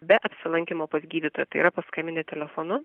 be apsilankymo pas gydytoją tai yra paskambinę telefonu